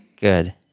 Good